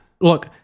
Look